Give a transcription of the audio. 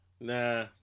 Nah